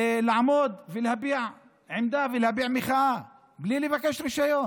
יעמדו ויביעו עמדה ויביעו מחאה בלי לבקש רישיון,